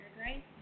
right